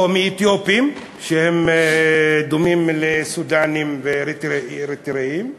או מאתיופים, שהם דומים לסודאנים ואריתריאים.